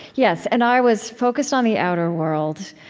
yes. and i was focused on the outer world.